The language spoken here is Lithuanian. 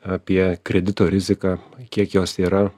apie kredito riziką kiek jos yra